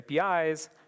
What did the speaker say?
APIs